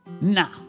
Now